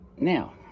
now